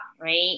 Right